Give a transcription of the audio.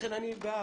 לכן אני בעד.